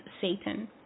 satan